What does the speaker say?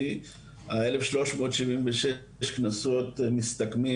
האלף שלוש מאות שבעים ושישה קנסות מסתכמים